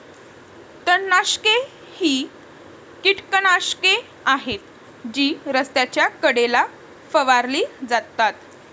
तणनाशके ही कीटकनाशके आहेत जी रस्त्याच्या कडेला फवारली जातात